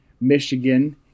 michigan